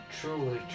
truly